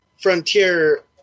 Frontier